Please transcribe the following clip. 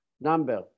number